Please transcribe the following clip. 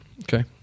okay